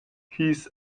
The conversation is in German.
hieß